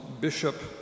Bishop